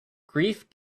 grief